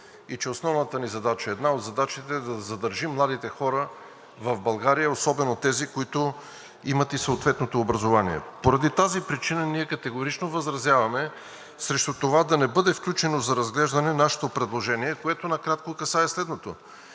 от основните ни задачи е да задържим младите хора в България, особено тези, които имат и съответното образование. Поради тази причина ние категорично възразяване срещу това да не бъде включено за разглеждане нашето предложение, което накратко касае следното: